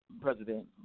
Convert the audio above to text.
President